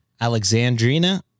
Alexandrina